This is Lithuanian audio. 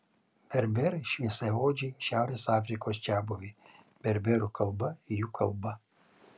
berberai šviesiaodžiai šiaurės afrikos čiabuviai berberų kalba jų kalba